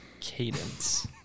cadence